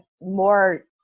more